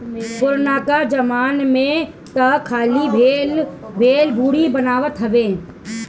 पुरनका जमाना में तअ खाली भेली, गुड़ बनत रहे